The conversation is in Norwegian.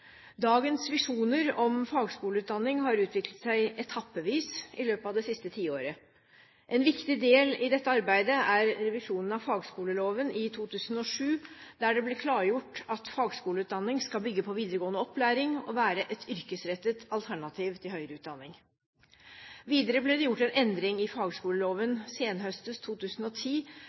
Dagens visjoner om fagskoleutdanning har utviklet seg etappevis i løpet av det siste tiåret. En viktig del i dette arbeidet er revisjonen av fagskoleloven i 2007, der det ble klargjort at fagskoleutdanning skal bygge på videregående opplæring og være et yrkesrettet alternativ til høyere utdanning. Videre ble det gjort en endring i fagskoleloven senhøstes 2010